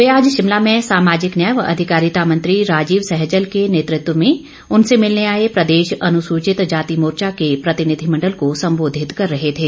वे आज शिमला में सामाजिक न्याय व अधिकारिता मंत्री राजीव सहजल के नेतृत्व में उनसे मिलने आए प्रदेश अनुसूचित जाति मोर्चा के प्रतिनिधिमण्डल को सम्बोधित कर रहे थे